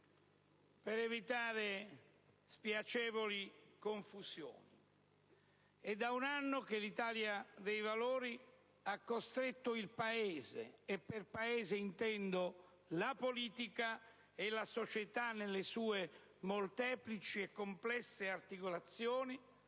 per evitare spiacevoli confusioni: è da un anno che l'Italia dei Valori ha costretto il Paese - per Paese intendo la politica e la società nelle sue molteplici e complesse articolazioni